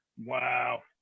Wow